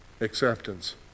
Acceptance